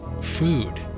food